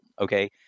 Okay